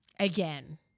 again